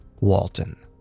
Walton